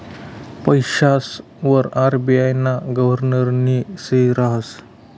पैसासवर आर.बी.आय ना गव्हर्नरनी सही रहास